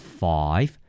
five